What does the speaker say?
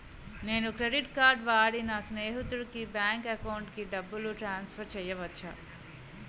నేను credit card వాడి నా స్నేహితుని బ్యాంక్ అకౌంట్ కి డబ్బును ట్రాన్సఫర్ చేయచ్చా?